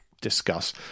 Discuss